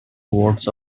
words